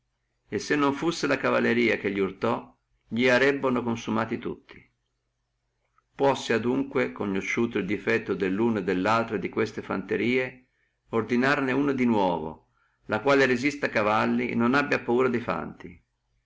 e se non fussi la cavalleria che urtò li arebbano consumati tutti puossi adunque conosciuto el defetto delluna e dellaltra di queste fanterie ordinarne una di nuovo la quale resista a cavalli e non abbia paura de fanti